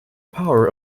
power